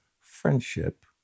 friendship